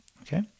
okay